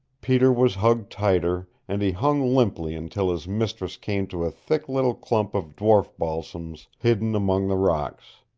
peter was hugged tighter, and he hung limply until his mistress came to a thick little clump of dwarf balsams hidden among the rocks.